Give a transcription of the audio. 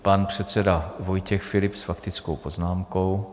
Pan předseda Vojtěch Filip s faktickou poznámkou.